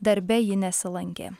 darbe ji nesilankė